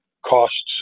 costs